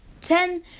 ten